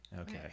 okay